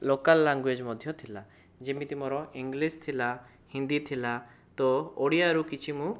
local language ମଧ୍ୟ ଥିଲା ଯେମିତି ମୋର ଇଂଲିସ ଥିଲା ହିନ୍ଦୀ ଥିଲା ତୋ ଓଡ଼ିଆରୁ କିଛି ମୁଁ